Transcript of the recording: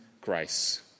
grace